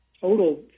total